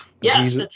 yes